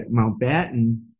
Mountbatten